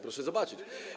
Proszę zobaczyć.